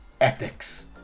ethics